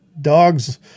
Dogs